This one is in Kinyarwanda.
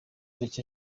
make